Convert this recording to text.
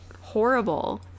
horrible